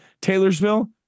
Taylorsville